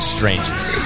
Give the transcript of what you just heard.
Strangers